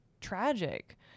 tragic